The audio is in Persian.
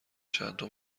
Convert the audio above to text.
چندتا